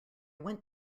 went